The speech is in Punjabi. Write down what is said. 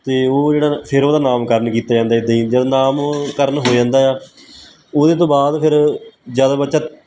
ਅਤੇ ਉਹ ਜਿਹੜਾ ਫੇਰ ਉਹਦਾ ਨਾਮਕਰਨ ਕੀਤਾ ਜਾਂਦਾ ਇੱਦਾਂ ਹੀ ਜਦ ਨਾਮਕਰਨ ਹੋ ਜਾਂਦਾ ਆ ਉਹਦੇ ਤੋਂ ਬਾਅਦ ਫੇਰ ਜਦ ਬੱਚਾ